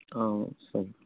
sir